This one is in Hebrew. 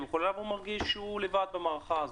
הוא מרגיש שהוא לבד במערכה הזאת.